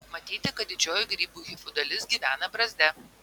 matyti kad didžioji grybų hifų dalis gyvena brazde